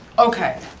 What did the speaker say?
okay,